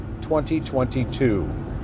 2022